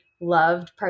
loved